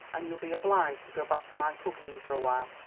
and you'll be obliged to go back to my cooking for a while,